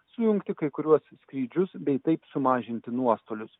sujungti kai kuriuos skrydžius bei taip sumažinti nuostolius